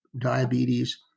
diabetes